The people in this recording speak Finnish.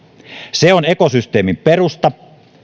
se on ekosysteemin perusta